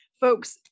folks